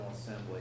Assembly